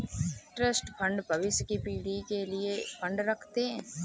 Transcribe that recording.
trust fund भविष्य की पीढ़ी के लिए फंड रखते हैं